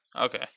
Okay